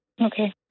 Okay